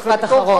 אני מסיים.